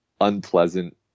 unpleasant